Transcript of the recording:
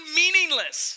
meaningless